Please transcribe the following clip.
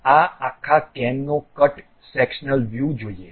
હવે આ આખા કેનનો કટ સેક્શનલ વ્યૂ જોઈએ